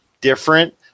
different